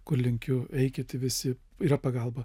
kur linkiu eikit visi yra pagalba